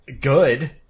good